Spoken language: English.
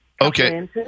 okay